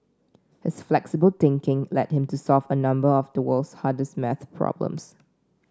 his flexible thinking led him to solve a number of the world's hardest maths problems